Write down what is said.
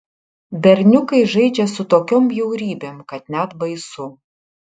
berniukai žaidžia su tokiom bjaurybėm kad net baisu